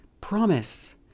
Promise